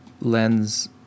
lens